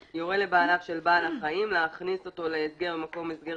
יורה לבעליו של בעל החיים להכניס אותו להסגר למקום הסגר